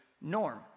norm